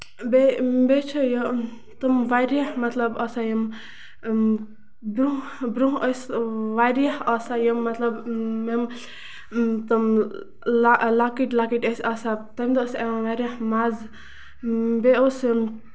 بیٚیہِ بیٚیہِ چھِ یہِ تِم واریاہ آسان مطلب یِم برونہہ برونہہ ٲسۍ واریاہ آسان یِم مطلب مےٚ تٔمۍ لۄکٔٹ لۄکٔٹ ٲسۍ آسان تَمہِ دۄہ اوس یِوان واریاہ مَزٕ بیٚیہِ اوس